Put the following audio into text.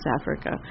Africa